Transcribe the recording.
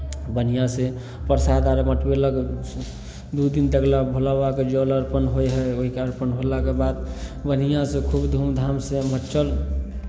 बढ़िआँसँ प्रसाद आर बटवयलक दू दिन तक लेल भोलाबाबाके जल अर्पण होइ हइ ओहिके अर्पण होलाके बाद बढ़िआँसँ खूब धूमधामसँ मचल